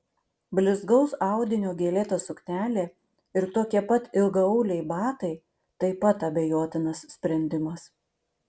blizgaus audinio gėlėta suknelė ir tokie pat ilgaauliai batai taip pat abejotinas sprendimas